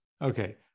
Okay